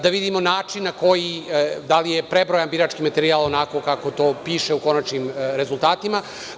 Da vidimo način da li je prebrojan birački materijal onako kako to piše u konačnim rezultatima.